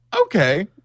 okay